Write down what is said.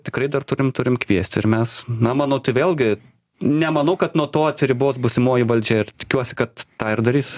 tikrai dar turim turim kviesti ir mes na manau tai vėlgi nemanau kad nuo to atsiribos būsimoji valdžia ir tikiuosi kad tą ir darys